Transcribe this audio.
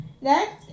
next